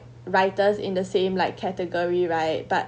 writers in the same like category right but